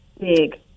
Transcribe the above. Big